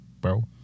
bro